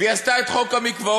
והיא עשתה את חוק המקוואות,